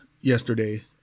yesterday